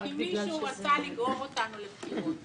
אם מישהו רצה לגרור אותנו לבחירות